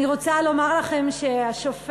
אני רוצה לומר לכם שהשופט,